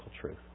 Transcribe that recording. truth